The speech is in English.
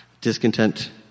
Discontent